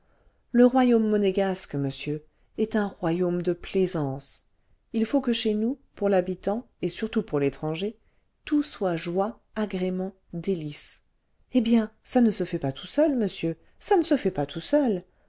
le royaume monégasque monsieur est un royaume de plaisance il faut que chez nous pour l'habitant et surtout pour l'étranger tout soit joie agrément délices eh bien ça ne se fait pas tout seul monsieur ça ne se fait pas tout seul